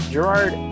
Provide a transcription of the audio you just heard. Gerard